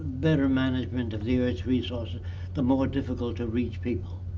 better management of the earth's resources the more difficult to reach people.